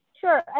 sure